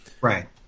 Right